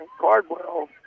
Cardwell